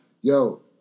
Yo